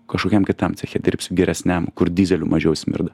kažkokiam kitam ceche dirbsiu geresniam kur dyzeliu mažiau smirda